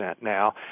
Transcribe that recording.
now